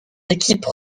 équipes